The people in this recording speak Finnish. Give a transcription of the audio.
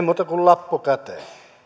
muuta kuin lappu käteen